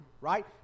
right